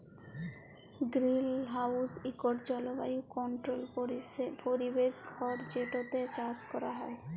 greenhouse ইকট জলবায়ু controlled পরিবেশ ঘর যেটতে চাষ ক্যরা হ্যয়